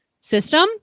system